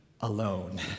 alone